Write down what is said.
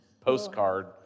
postcard